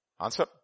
Answer